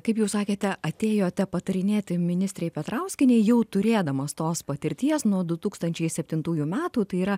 kaip jūs sakėte atėjote patarinėti ministrei petrauskienei jau turėdamas tos patirties nuo du tūkstančiai septintųjų metų tai yra